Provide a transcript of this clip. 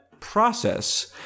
process